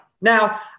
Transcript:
Now